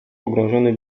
pogrążony